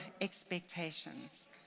expectations